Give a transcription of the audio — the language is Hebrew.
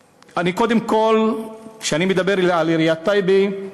קודם כול, כשאני מדבר על עיריית טייבה,